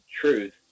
truth